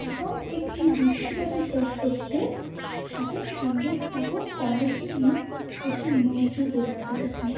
এবং একটি বিশ্বব্যাপী দর্শকদের সাথে সংযোগ স্থাপন করার জন্য একটি মঞ্চ প্রদান করেছে